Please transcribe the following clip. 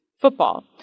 football